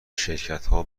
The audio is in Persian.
شرکتها